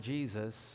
Jesus